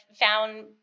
found